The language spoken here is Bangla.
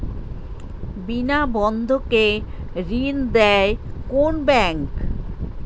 বিনা বন্ধকে ঋণ দেয় কোন ব্যাংক?